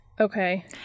okay